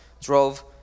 drove